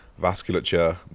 vasculature